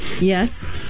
Yes